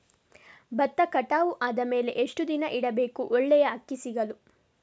ಭತ್ತ ಕಟಾವು ಆದಮೇಲೆ ಎಷ್ಟು ದಿನ ಇಡಬೇಕು ಒಳ್ಳೆಯ ಅಕ್ಕಿ ಸಿಗಲು?